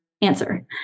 answer